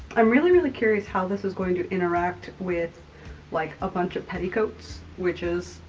i'm really, really curious how this is going to interact with like a bunch of petticoats, which is,